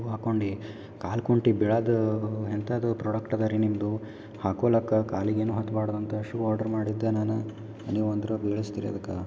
shoe ಹಾಕೊಂಡು ಕಾಲು ಕುಂಟಿ ಬೀಳೋದ್ ಎಂಥದು ಪ್ರೊಡಕ್ಟ್ ಅದಾ ರೀ ನಿಮ್ಮದು ಹಾಕೋಲಾಕ ಕಾಲಿಗೇನು ಹತ್ಬಾಡ್ದು ಅಂಥ ಶೂ ಆರ್ಡ್ರ್ ಮಾಡಿದ್ದೆ ನಾನು ನೀವು ಅಂದ್ರೆ ಬೀಳಿಸ್ತೀರಿ ಇದಕೆ